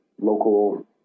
local